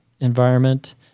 environment